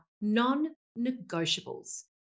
non-negotiables